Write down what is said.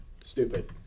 stupid